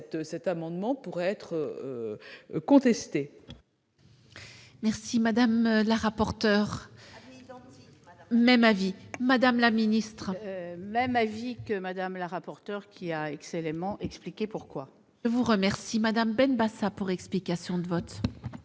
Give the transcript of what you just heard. cet amendement pourrait être contesté.